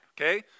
okay